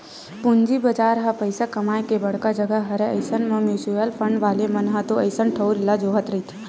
पूंजी बजार ह पइसा कमाए के बड़का जघा हरय अइसन म म्युचुअल फंड वाले मन ह तो अइसन ठउर ल जोहते रहिथे